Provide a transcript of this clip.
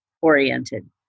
oriented